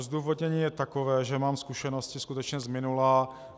Zdůvodnění je takové, že mám zkušenosti skutečně z minula.